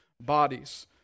bodies